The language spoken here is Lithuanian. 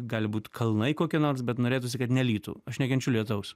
gali būt kalnai kokie nors bet norėtųsi kad nelytų aš nekenčiu lietaus